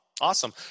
awesome